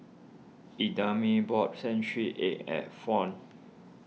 Idamae bought Century Egg at Fount